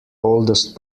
oldest